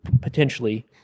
Potentially